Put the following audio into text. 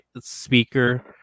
speaker